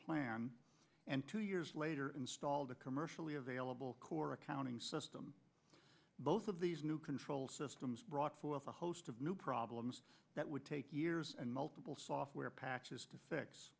plan and two years later installed a commercially available core accounting system both of these new control systems brought forth a host of new problems that would take years and multiple software patches to fix